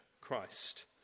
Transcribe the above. Christ